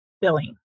billing